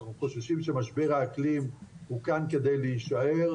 אנחנו חוששים שמשבר האקלים הוא כאן כדי להישאר,